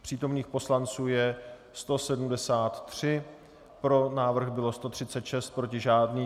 Přítomných poslanců je 173, pro návrh bylo 136, proti žádný.